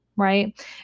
right